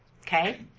Okay